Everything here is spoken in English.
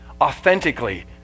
authentically